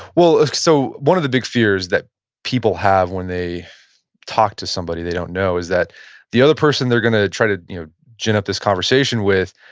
well, like so one of the big fears that people have when they talk to somebody they don't know is that the other person they're gonna try to you know gin up this conversation with,